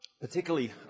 Particularly